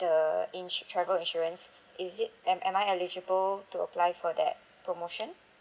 the ins~ travel insurance is it am am I eligible to apply for that promotion